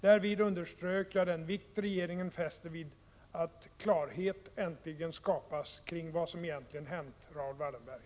Därvid underströk jag den vikt regeringen fäster vid att klarhet äntligen skapas kring vad som egentligen hänt Raoul Wallenberg.